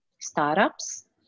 startups